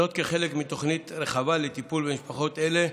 וזאת כחלק מתוכנית רחבה לטיפול במשפחות אלה.